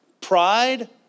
Pride